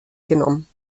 genommen